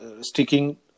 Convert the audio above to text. sticking